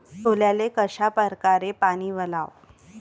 सोल्याले कशा परकारे पानी वलाव?